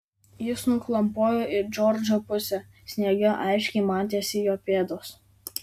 jis nuklampojo į džordžo pusę sniege aiškiai matėsi jo pėdos